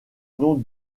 nom